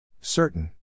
Certain